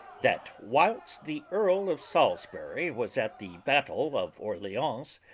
that whilest the earl of salisbury was at the battel of orleance,